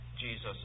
Jesus